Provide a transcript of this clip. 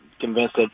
convinced